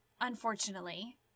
unfortunately